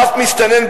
אף מסתנן.